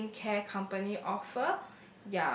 skin care company offer